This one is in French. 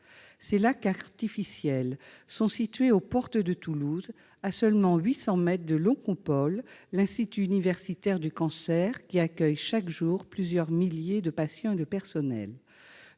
Ces lacs artificiels sont situés aux portes de Toulouse, à seulement 800 mètres de l'Oncopole, l'institut universitaire du cancer qui accueille chaque jour plusieurs milliers de patients et de personnels.